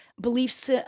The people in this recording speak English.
beliefs